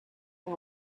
are